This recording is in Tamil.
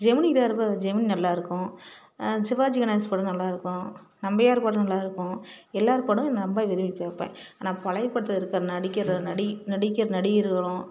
ஜெமினி தர்பா ஜெமினி நல்லா இருக்கும் சிவாஜிகணேசன் படம் நல்லாயிருக்கும் நம்பியார் படம் நல்லாயிருக்கும் எல்லார் படம் நான் ரொம்ப விரும்பி பார்ப்பேன் ஆனால் பழையை படத்தில் இருக்கிற நடிக்கின்ற நடி நடிக்கின்ற நடிகர்களும்